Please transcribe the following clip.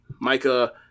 Micah